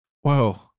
Whoa